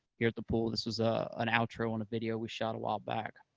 here at the pool. this was ah an outro on a video we shot a while back.